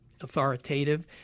authoritative